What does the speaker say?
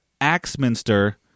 Axminster-